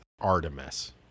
Artemis